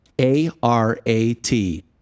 A-R-A-T